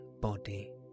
body